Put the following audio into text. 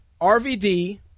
RVD